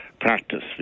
practice